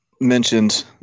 mentioned